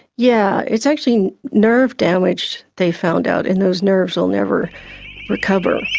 yeah it's actually nerve damage they found out and those nerves will never recover.